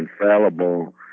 infallible